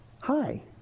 Hi